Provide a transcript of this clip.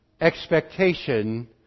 expectation